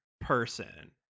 person